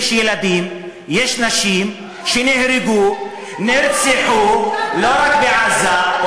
יש ילדים, יש נשים, שנהרגו, נרצחו, לא רק בעזה.